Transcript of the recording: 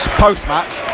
post-match